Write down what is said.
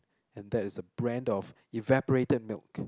and that is a brand of evaporated milk